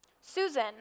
Susan